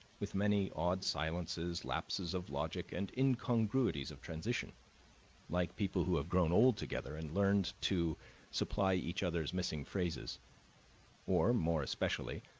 with many odd silences, lapses of logic, and incongruities of transition like people who have grown old together and learned to supply each other's missing phrases or, more especially,